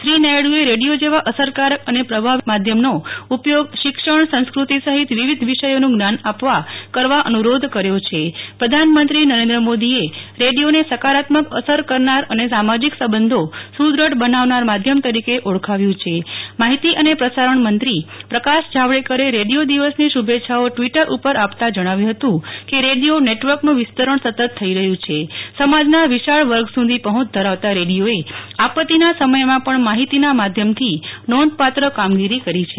શ્રી નાયડુએ રેડિયો જેવા અસરકારક અનેપ્રભાવી માધ્યમનો ઉપયોગ શીક્ષણ સંસ્કૃતિ સહિત વિવિધ વિષયોનું જ્ઞાન આપવા કરવા અનુ રોધ કર્યો છે પ્રધાનમંત્રી નરેન્દ્ર મોદીએ રેડિયોનેસકારાત્મક અસર કરનાર અને સામાજીક સંબંધો સુ દૃઢ બનાવનાર માધ્યમ તરીકે ઓળખાવ્યું છે માહિતી અને પ્રસારણ મંત્રી પ્રકાશજાવડેકરે રેડિયો દિવસની શુ ભે ચ્છાઓ ટવીટર ઉપર આપતા જણાવ્યું હતું કે રેડિયોનેટવર્કનું વિસ્તરણ સતત થઇ રહયું છે સમાજના વિશાળ વર્ગ સુધી પહોંચ ધરાવતારેડીયોએ આપત્તિના સમયમાં પણ માહિતીના માધ્યમથી નોધપાત્ર કામગીરી કરી છે